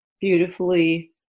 beautifully